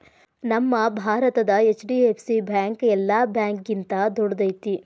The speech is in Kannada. ನಮ್ಮ ಭಾರತದ ಹೆಚ್.ಡಿ.ಎಫ್.ಸಿ ಬ್ಯಾಂಕ್ ಯೆಲ್ಲಾ ಬ್ಯಾಂಕ್ಗಿಂತಾ ದೊಡ್ದೈತಿ